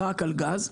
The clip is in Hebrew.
רק על גז.